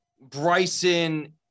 Bryson